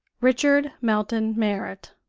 richard melton merrit.